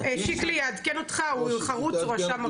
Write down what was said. שיקלי יעדכן אותך, הוא חרוץ, הוא רשם הכל.